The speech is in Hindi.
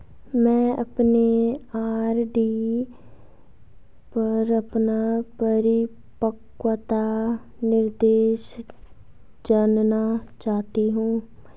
मैं अपने आर.डी पर अपना परिपक्वता निर्देश जानना चाहती हूँ